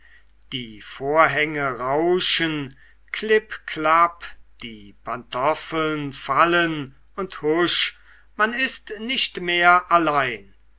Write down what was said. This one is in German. die vorhänge rauschen klipp klapp die pantoffeln fallen und husch man ist nicht mehr allein